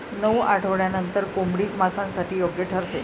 नऊ आठवड्यांनंतर कोंबडी मांसासाठी योग्य ठरते